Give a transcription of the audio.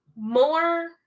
more